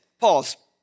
Pause